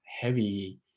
heavy